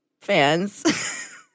fans